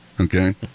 Okay